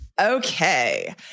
Okay